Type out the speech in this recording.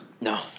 no